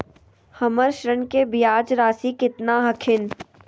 हमर ऋण के ब्याज रासी केतना हखिन?